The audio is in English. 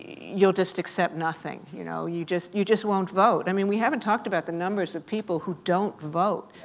you'll just accept nothing. you know you just you just won't vote. i mean we haven't talked about the numbers of people who don't vote.